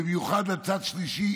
במיוחד לצד שלישי,